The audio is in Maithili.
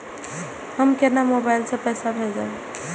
हम केना मोबाइल से पैसा भेजब?